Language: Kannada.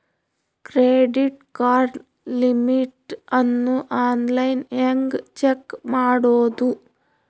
ಕ್ರೆಡಿಟ್ ಕಾರ್ಡ್ ಲಿಮಿಟ್ ಅನ್ನು ಆನ್ಲೈನ್ ಹೆಂಗ್ ಚೆಕ್ ಮಾಡೋದು?